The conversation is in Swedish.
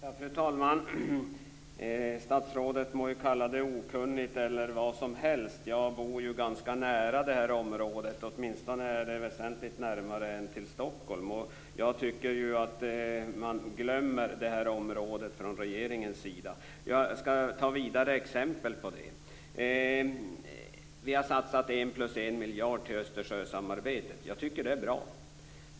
Fru talman! Statsrådet må kalla det okunnigt eller vad som helst. Jag bor ganska nära det här området - det är åtminstone väsentligt närmare dit än till Stockholm - och jag tycker att man från regeringens sida glömmer området. Jag skall ta vidare exempel på det. Vi har satsat 1 plus 1 miljard på Östersjösamarbetet, och jag tycker att det är bra.